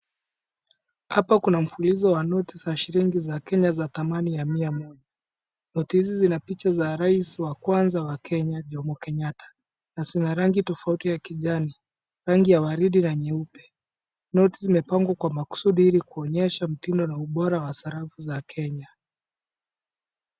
Hapa kuna mfulizo wa noti za shilingi za Kenya za thamani ya mia moja. Noti hizi zina picha za rais wa kwanza wa Kenya Jommo Kenyatta na zina rangi tofauti ya za kijani, rangi ya waridi na nyeupe. Noti zimepangwa kwa makusudi ili kuonyesha mtindo na ubora wa sarafu za Kenya.